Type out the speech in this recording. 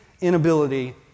inability